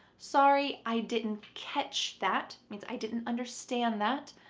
sorry, i didn't catch that, means i didn't understand that.